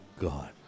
God